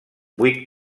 vuit